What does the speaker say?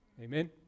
Amen